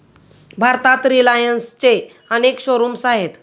भारतात रिलायन्सचे अनेक शोरूम्स आहेत